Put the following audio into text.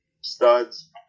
studs